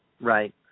Right